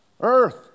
Earth